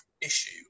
issue